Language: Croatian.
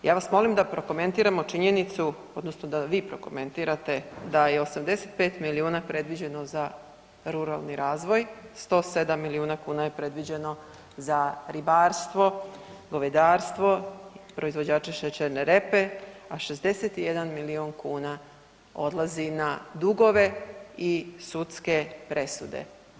Ja vas molim da prokomentiramo činjenicu, odnosno da vi prokomentirate da je 85 milijuna predviđeno za ruralni razvoj, 107 milijuna kuna je predviđeno za ribarstvo, govedarstvo, proizvođače šećerne repe, a 61 milijun kuna odlazi na dugove i sudske presude.